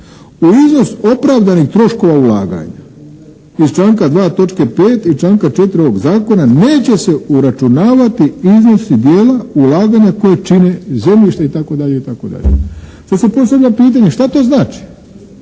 "U iznos opravdanih troškova ulaganja iz članka 2. točke 5. i članka 4. ovog zakona neće se uračunavati iznosi dijela ulaganja koje čine zemljište itd. itd. Sada se postavlja pitanje šta to znači,